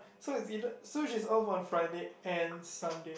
so is either so she is off on Friday and Sunday